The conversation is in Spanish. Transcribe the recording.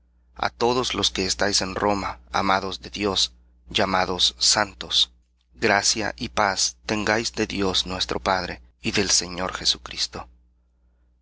a todos los que estáis en roma amados de dios llamados santos gracia y paz tengáis de dios nuestro padre y del señor jesucristo